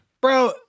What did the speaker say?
Bro